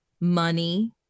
money